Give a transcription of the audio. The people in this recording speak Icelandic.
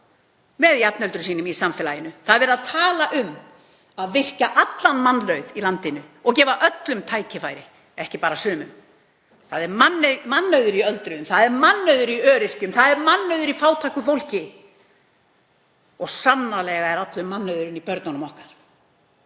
með jafnöldrum sínum. Það er verið að tala um að virkja allan mannauð í landinu og gefa öllum tækifæri, ekki bara sumum. Það er mannauður í öldruðum, það er mannauður í öryrkjum, það er mannauður í fátæku fólki og sannarlega er allur mannauðurinn í börnunum okkar.